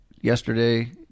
yesterday